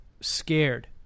scared